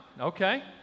okay